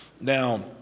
Now